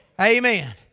amen